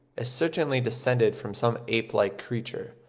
is certainly descended from some ape-like creature.